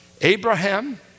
Abraham